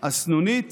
הסנונית